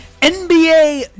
NBA